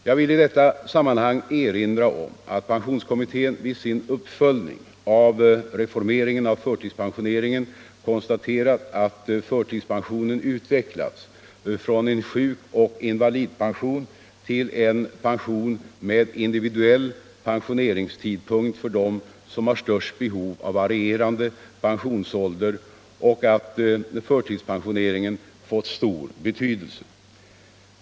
— Jag vill i detta sammanhang erinra om att pensionskommittén vid sin uppföljning av reformeringen av förtidspensioneringen konstaterat att förtidspensionen utvecklats från en sjukoch invalidpension till en pension med individuell pensioneringstidpunkt för dem som har störst behov av varierande pensionsålder och att förtidspensioneringen fått stor betydelse.